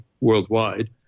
worldwide